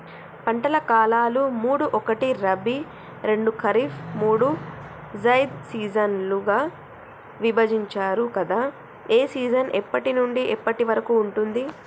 పంటల కాలాలు మూడు ఒకటి రబీ రెండు ఖరీఫ్ మూడు జైద్ సీజన్లుగా విభజించారు కదా ఏ సీజన్ ఎప్పటి నుండి ఎప్పటి వరకు ఉంటుంది?